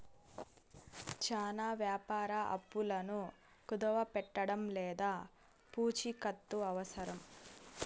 చానా వ్యాపార అప్పులను కుదవపెట్టడం లేదా పూచికత్తు అవసరం